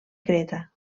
creta